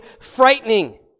frightening